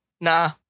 nah